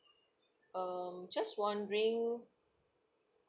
um just wondering